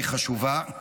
היא חשובה.